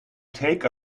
take